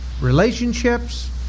relationships